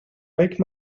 make